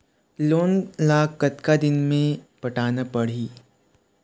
Loan ला कतका दिन मे पटाना पड़ही?